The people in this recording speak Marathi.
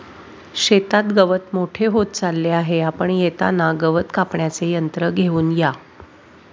शेतात गवत मोठे होत चालले आहे, आपण येताना गवत कापण्याचे यंत्र घेऊन या